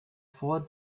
four